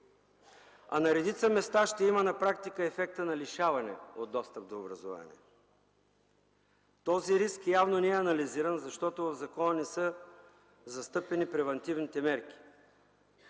а на редица места ще има на практика ефекта на лишаване от достъп до образование. Този риск явно не е анализиран, защото в закона не са застъпени превантивните мерки.